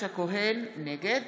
הכהן, נגד